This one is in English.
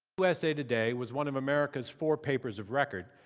usa today was one of america's four papers of record,